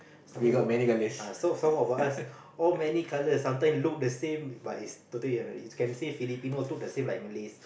some more work ah so some of us all many colors sometimes look the same but is totally different is can say Filipinos look the same like Malays